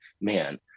man